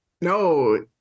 No